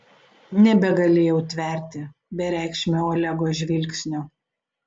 nebegalėjau tverti bereikšmio olego žvilgsnio